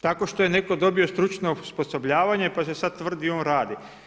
Tako što je netko dobio stručno osposobljavanje, pa se sad tvrdi on radi.